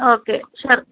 okay sure